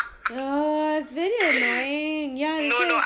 uh it's very annoying ya they say